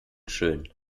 schön